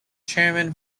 chairman